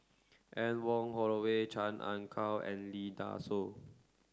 Anne Wong Holloway Chan Ah Kow and Lee Dai Soh